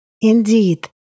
Indeed